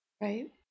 Right